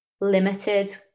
limited